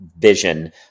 vision